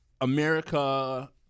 America